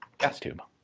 gas tube.